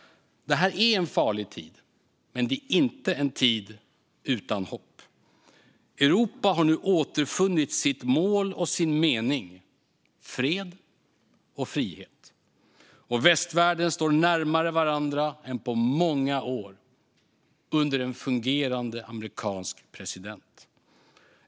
Detta är en farlig tid, men det är inte en tid utan hopp. Europa har nu återfunnit sitt mål och sin mening - fred och frihet - och västvärlden står närmare varandra än på många år, under en fungerande amerikansk president.